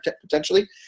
potentially